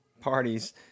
parties